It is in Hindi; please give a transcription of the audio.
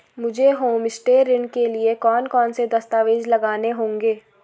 मुझे होमस्टे ऋण के लिए कौन कौनसे दस्तावेज़ लगाने होंगे?